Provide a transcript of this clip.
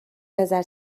نظر